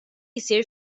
jsir